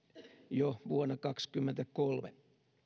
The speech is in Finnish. jo vuonna kaksikymmentäkolme